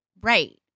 right